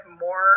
more